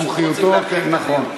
מומחיותו, כן, נכון.